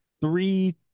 three